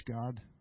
God